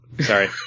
Sorry